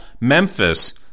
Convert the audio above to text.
Memphis